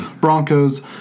Broncos